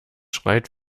schreit